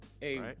hey